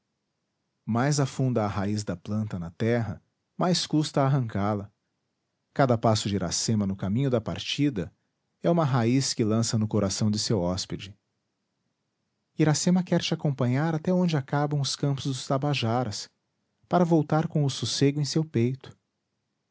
virgem mais afunda a raiz da planta na terra mais custa a arrancá-la cada passo de iracema no caminho da partida é uma raiz que lança no coração de seu hóspede iracema quer te acompanhar até onde acabam os campos dos tabajaras para voltar com o sossego em seu peito